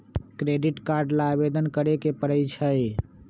credit card ला आवेदन करे के परई छई